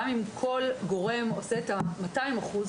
גם אם כל גורם עושה 200 אחוז,